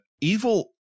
evil